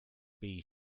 bee